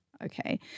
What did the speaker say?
Okay